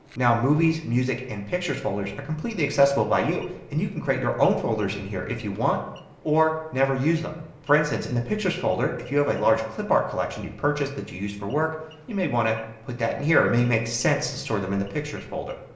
now movies, music and pictures folders are completely accessible by you. and you can create your own folders in here if you want or never use them. for instance in the pictures folder if you have a large clip art collection you've purchased that you use for work you may want to put that in here. it may make sense to store them in the pictures folder.